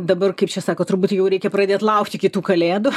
dabar kaip čia sako turbūt jau reikia pradėt laukti kitų kalėdų